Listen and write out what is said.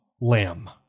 lamb